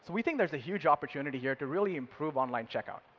we think there's a huge opportunity here to really improve online checkout.